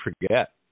forget